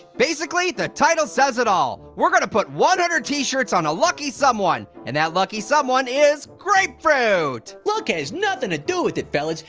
basically, the title says it all. we're gonna put one hundred t-shirts on a lucky someone. and that lucky someone is grapefruit! luck has nothin' to do with it fellas.